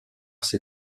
ses